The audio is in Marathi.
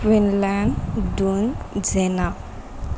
क्विनलँड डून झेना